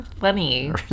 funny